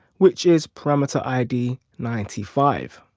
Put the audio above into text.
which is parameter id ninety five.